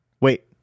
wait